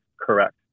correct